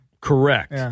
Correct